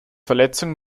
verletzung